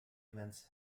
events